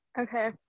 Okay